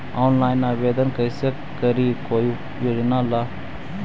Online आवेदन कैसे करी कोई योजना ला?